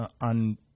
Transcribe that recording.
on